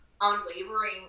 unwavering